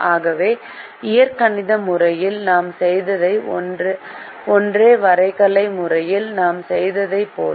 ஆகவே இயற்கணித முறையில் நாம் செய்தவை ஒன்றே வரைகலை முறையில் நாம் செய்ததைப் போல